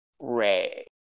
Ray